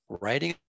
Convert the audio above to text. writing